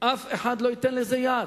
אף אחד לא ייתן לזה יד.